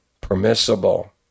permissible